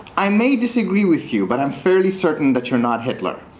i may disagree with you, but i'm fairly certain that you're not hitler.